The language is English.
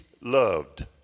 loved